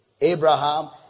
Abraham